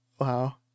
Wow